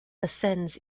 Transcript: ascends